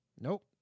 nope